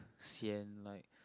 sian like